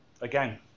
again